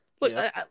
look